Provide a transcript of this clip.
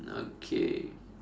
okay